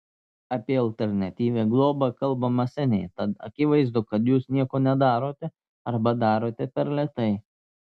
apie alternatyvią globą kalbama seniai tad akivaizdu kad jūs nieko nedarote arba darote per lėtai